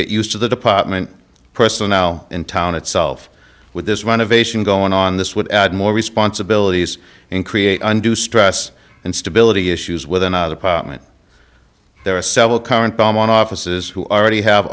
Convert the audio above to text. get used to the department personnel in town itself with this run of ation going on this would add more responsibilities and create undue stress and stability issues with another parliament there are several current bum on offices who already have